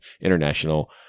international